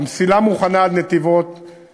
והמסילה לנתיבות מוכנה.